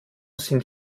sind